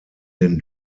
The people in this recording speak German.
den